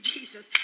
Jesus